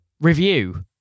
Review